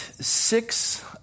six